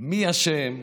מי אשם,